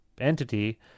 entity